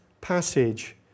passage